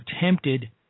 tempted